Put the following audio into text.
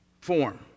form